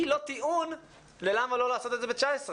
היא לא טיעון למה לא לעשות את זה עם 19 ילדים.